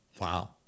Wow